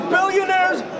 Billionaire's